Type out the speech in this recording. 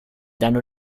danno